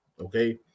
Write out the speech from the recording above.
Okay